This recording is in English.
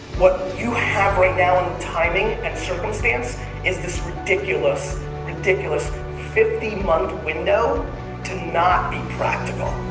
what you have right now in timing and circumstance is this ridiculous, ridiculous fifty month window to not be.